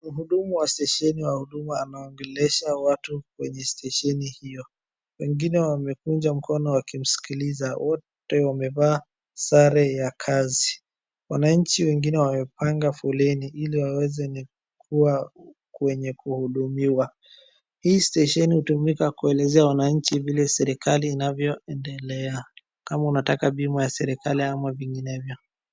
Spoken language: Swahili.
Mhudumu wa stesheni wa huduma anaongelesha watu kwenye stesheni hiyo. Wengine wamekunja mkono wakimsikiliza, wote wamevaa sare ya kazi. Wananchi wengine wamepanga foleni ili waweze kuwa kwenye kuhudumiwa. Hii stesheni hutumika kuelezea serekali vile serekali inavyoendelea, kama unataka bima ya serekali ama vinginevyo.